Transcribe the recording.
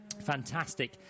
fantastic